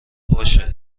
باشه